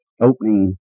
opening